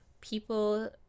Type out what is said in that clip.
people